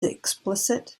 explicit